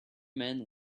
men